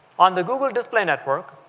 on the google display network